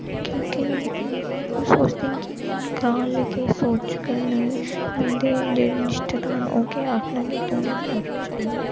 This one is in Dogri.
कि के ओह् सोचदे न कि ग्रां आह्ले केह् सोचङन कि उंदे जेह्ड़े रिश्तेदार ओह् केह् आखगे कि तोहे अपना बच्चा इ'यां